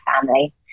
family